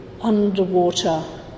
underwater